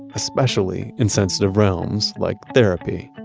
especially in sensitive realms like therapy.